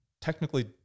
technically